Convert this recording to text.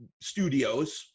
studios